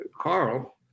Carl